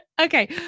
Okay